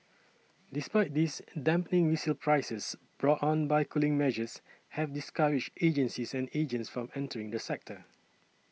despite this dampening resale prices brought on by cooling measures have discouraged agencies and agents from entering the sector